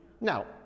Now